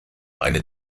eine